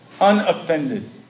unoffended